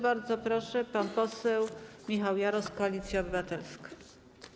Bardzo proszę, pan poseł Michał Jaros, Koalicja Obywatelska.